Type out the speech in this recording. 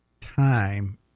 time